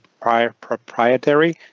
proprietary